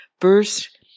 first